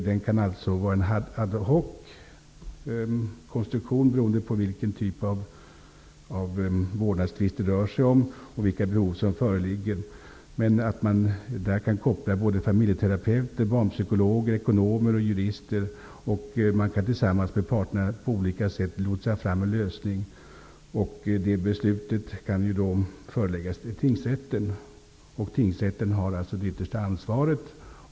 Den kan alltså ha en ad hockonstruktion, beroende på vilken typ av vårdnadstvist som det rör sig om och vilka behov som föreligger. Men man kan koppla både familjeterapeuter, barnpsykologer, ekonomer och jurister till denna, och man kan tillsammans med parterna på olika sätt lotsa fram en lösning. Beslutet kan föreläggas tingsrätten, och tingsrätten har det yttersta ansvaret.